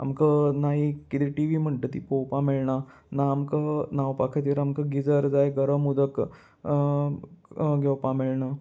आमकां ना किदं टी वी म्हणटा ती पळोवपा मेळना ना आमकां न्हावपा खातीर आमकां गिजर जाय गरम उदक घेवपा मेळना